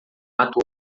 ato